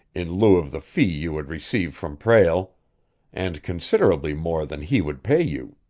in lieu of the fee you would receive from prale and considerably more than he would pay you.